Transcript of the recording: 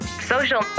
Social